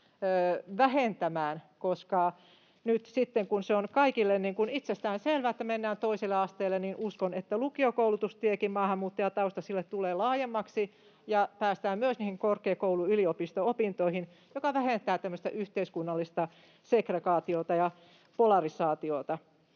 itsestään selvää, että mennään toiselle asteelle, niin uskon, että lukiokoulutustiekin maahanmuuttajataustaisille tulee laajemmaksi ja päästään myös niihin korkeakoulu-, yliopisto-opintoihin, mikä vähentää tämmöistä yhteiskunnallista segregaatiota ja polarisaatiota.